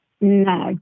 No